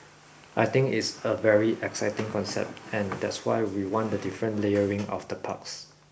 I think it's a very exciting concept and that's why we want the different layering of the parks